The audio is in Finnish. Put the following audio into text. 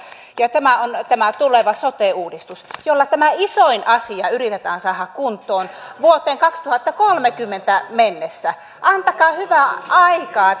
ja tämä on tämä tuleva sote uudistus jolla tämä isoin asia yritetään saada kuntoon vuoteen kaksituhattakolmekymmentä mennessä antakaa hyvää aikaa